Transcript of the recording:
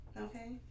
Okay